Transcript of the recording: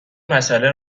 مساله